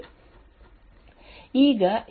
Now consider another process over here process P1